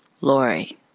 Lori